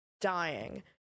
dying